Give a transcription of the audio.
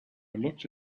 looked